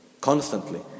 Constantly